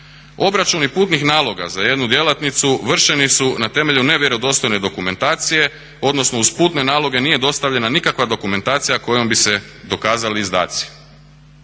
Obračuni putnih naloga za jednu djelatnicu vršeni su na temelju nevjerodostojne dokumentacije odnosno uz putne naloge nije dostavljena nikakva dokumentacija kojom bi se dokazali izdaci.